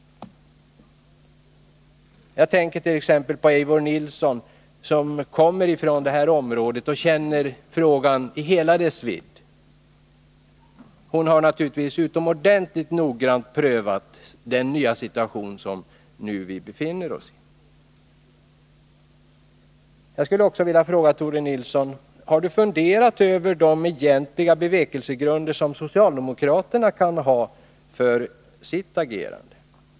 Jag tänker t.ex. på Eivor Nilson, som kommer från det här området och känner frågan i hela dess vidd. Hon har naturligtvis utomordentligt noggrant prövat den nya situation som vi nu befinner oss i. Jag skulle också vilja fråga Tore Nilsson om han har funderat över socialdemokraternas egentliga bevekelsegrunder för sitt agerande.